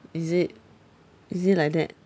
is it is it like that